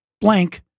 blank